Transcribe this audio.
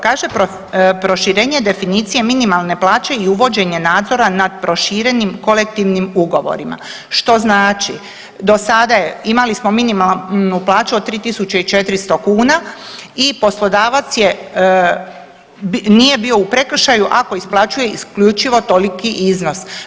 Kaže proširenje definicije minimalne plaće i uvođenje nadzora nad proširenim kolektivnim ugovorima, što znači do sada je imali smo minimalnu plaću od 3 tisuće i 400 kuna i poslodavac nije bio u prekršaju ako isplaćuje isključivo toliki iznos.